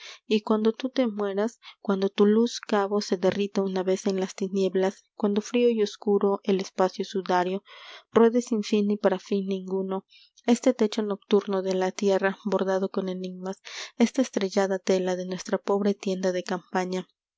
y cuando tú te mueras cuando tu luz al cabo se derrita una vez en las tinieblas cuando frío y oscuro el espacio sudario ruedes sin fin y para fin ninguno este fecho nocturno de la tierra bordado con enigmas esta estrellada tela de nuestra pobre tienda de campaña